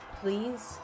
Please